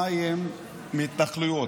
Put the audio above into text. המים מההתנחלויות,